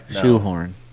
Shoehorn